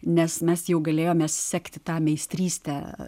nes mes jau galėjome sekti tą meistrystę